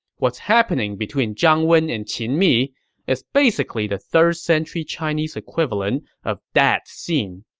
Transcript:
what's happening between zhang wen and qin mi is basically the third-century chinese equivalent of that scene.